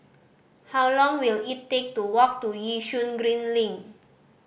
how long will it take to walk to Yishun Green Link